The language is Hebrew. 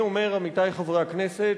עמיתי חברי הכנסת,